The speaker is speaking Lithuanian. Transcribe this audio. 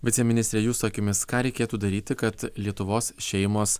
viceministre jūsų akimis ką reikėtų daryti kad lietuvos šeimos